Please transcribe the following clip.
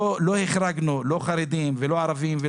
לא החרגנו לא חרדים, לא ערבים.